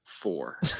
Four